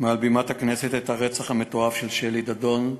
מעל בימת הכנסת, את הרצח המתועב של שלי דדון,